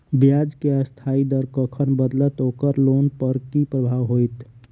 ब्याज केँ अस्थायी दर कखन बदलत ओकर लोन पर की प्रभाव होइत?